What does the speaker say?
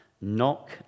Knock